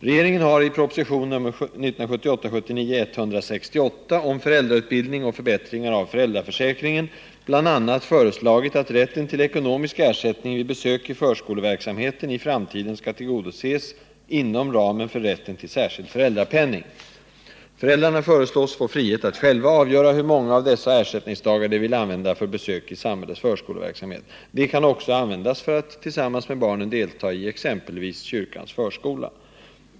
Regeringen har i proposition 1978/79:168 om föräldrautbildning och förbättringar av föräldraförsäkringen bl.a. föreslagit att rätten till ekonomisk erättning vid besök i förskoleverksamheten i framtiden skall tillgodoses inom ramen för rätten till särskild föräldrapenning. Föräldrarna föreslås få frihet att själva avgöra hur många av dessa ersättningsdagar de vill använda för besök i samhällets förskoleverksamhet. Ersättningsdagarna kan också användas för att tillsammans med barnen delta exempelvis i kyrkans förskola.